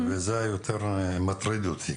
זה יותר מטריד אותי,